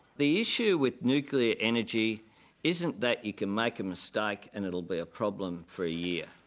the issue with nuclear energy isn't that you can make a mistake and it'll be a problem for a year.